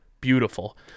beautiful